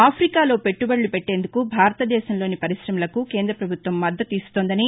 ఆఫికాలో పెట్టబడులు పెట్టేందుకు భారత దేశంలోని పరిగ్రశమలకు కేంద్రపభుత్వం మద్దతు ఇస్తోందని